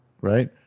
right